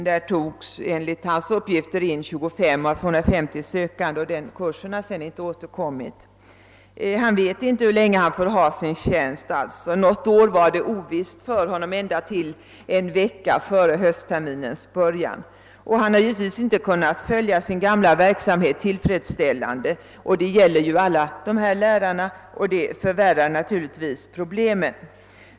Där togs, enligt hans uppgifter, in 25 av 250 sökande och kursen har sedan inte återkommit. Han vet alltså inte hur länge han får ha sin tjänst. Något år var det ovisst huruvida han skulle få behålla tjänsten ända till en vecka före höstterminens början. Han har givetvis inte kunnat fullfölja sin gamla verksamhet tillfredsställande — något som gäller alla dessa lärare och som naturligtvis förvärrar problemen.